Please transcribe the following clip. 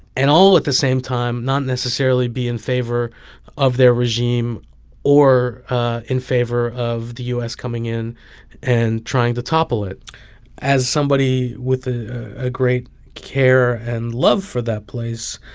and, all at the same time, not necessarily be in favor of their regime or ah in favor of the u s. coming in and trying to topple it as somebody with a great care and love for that place